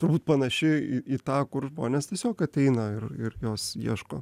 turbūt panaši į į tą kur žmonės tiesiog ateina ir ir jos ieško